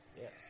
Yes